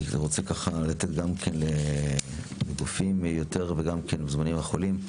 אני רוצה לתת גם כן לגופים וגם למוזמנים החולים.